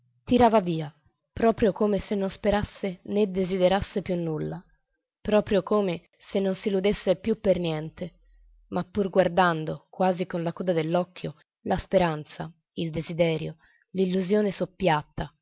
tirava via proprio come se non sperasse né desiderasse più nulla proprio come se non s'illudesse più per niente ma pur guardando quasi con la coda dell'occhio la speranza il desiderio l'illusione soppiatta